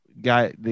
guy